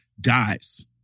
dies